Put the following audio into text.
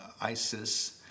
ISIS